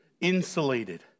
insulated